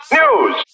news